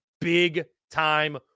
big-time